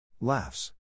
Laughs